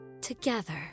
together